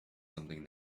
something